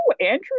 Andrew